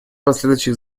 последующих